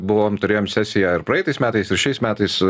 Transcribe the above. buvom turėjom sesiją ir praeitais metais ir šiais metais